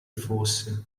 fosse